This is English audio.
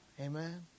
Amen